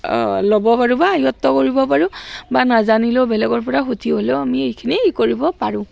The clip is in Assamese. ল'ব পাৰোঁ বা আয়ত্ব কৰিব পাৰোঁ বা নাজানিলেও বেলেগৰ পৰা সুধি হ'লেও আমি এইখিনি ই কৰিব পাৰোঁ